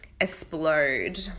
explode